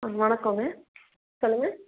வணக்கம்ங்க சொல்லுங்கள்